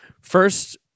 first